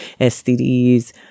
STDs